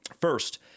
First